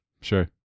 Sure